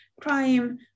crime